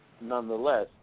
nonetheless